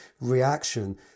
reaction